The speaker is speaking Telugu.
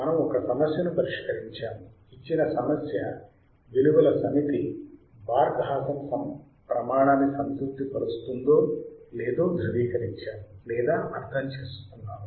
మనము ఒక సమస్యను పరిష్కరించాము ఇచ్చిన సమస్య విలువల సమితి బార్క్ హాసన్ ప్రమాణాన్ని సంతృప్తిపరుస్తుందో లేదో ధృవీకరించాము లేదా అర్థంచేసుకున్నాము